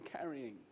carrying